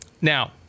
Now